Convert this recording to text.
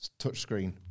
touchscreen